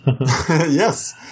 Yes